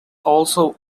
also